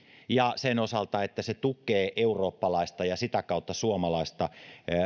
ja sen osalta että se tukee eurooppalaista ja sitä kautta suomalaista